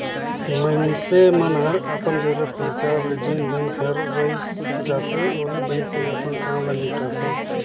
मइनसे मन हर अपन जरूरत के हिसाब ले जेन बेंक हर रइस जाथे ओही बेंक मे अपन काम ल निपटाथें